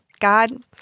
God